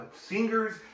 singers